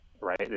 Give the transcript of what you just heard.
right